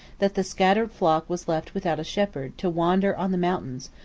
that the scattered flock was left without a shepherd to wander on the mountains,